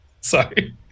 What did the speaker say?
Sorry